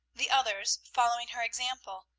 the others following her example,